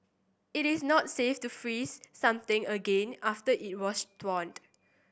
it is not safe to freeze something again after it was thawed